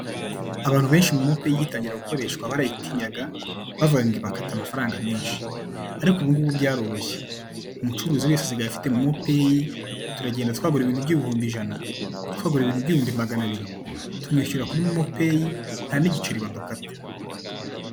Abantu benshi Momo pay igitangira gukoreshwa barayitinyaga bavuga ngo ibakata amafaranga menshi, ariko ubu ngubu byaroroshye, umucuruzi wese asigaye afite Momo pay, turagenda twagura ibintu by'ibihumbi ijana, twagura ibintu by'ibihumbi magana abiri, tumwishyura kuri Momo pay, nta n'igiceri badukata.